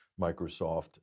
Microsoft